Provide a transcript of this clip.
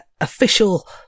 official